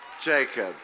Jacob